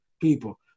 people